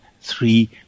three